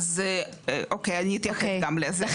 אז אוקי אני אתייחס גם לזה.